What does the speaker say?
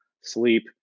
sleep